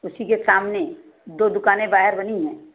उसी के सामने दो दुकानें बाहर बनी है